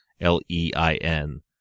L-E-I-N